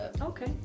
Okay